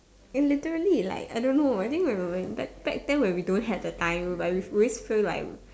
eh literally like I don't know I think when when when back back then when we don't had the time like we've always feel like